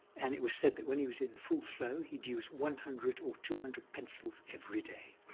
and it was said that when he was in full flow, he'd use one hundred or two hundred pencils every day.